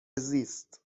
زیست